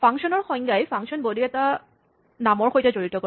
ফাংচনৰ সংজ্ঞাই function body এটা নামৰ সৈতে জড়িত কৰে